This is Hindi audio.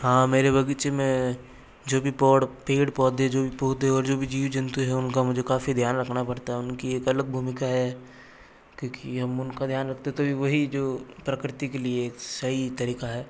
हाँ मेरे बगीचे में जो भी पेड़ पौधे जो भी पौधे और जो भी जीव जंतु हैं उनका मुझे काफ़ी ध्यान रखना पड़ता है उनकी एक अगर भूमिका है क्योंकि हम उनका ध्यान रखते हैं तो वही जो प्रकृति के लिए सही तरीका है